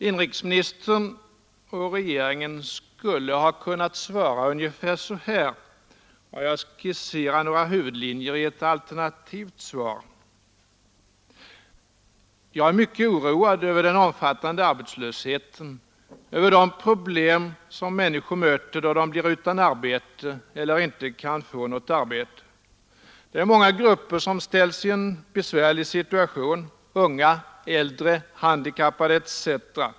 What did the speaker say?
Inrikesministern och regeringen skulle ha kunnat svara ungefär så här — och jag skisserar några huvudlinjer i ett alternativt svar: Jag är mycket oroad över den omfattande arbetslösheten, över de problem som människor möter då de blir utan arbete eller inte kan få något arbete. Det är många grupper som ställs i en besvärlig situation; unga, äldre, handikappade etc.